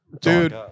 dude